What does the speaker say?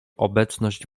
obecność